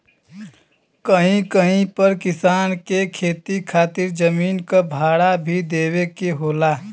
कहीं कहीं पर किसान के खेती खातिर जमीन क भाड़ा भी देवे के होला